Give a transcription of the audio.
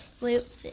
loop